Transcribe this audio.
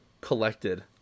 Collected